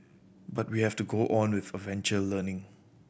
but we have to go on with adventure learning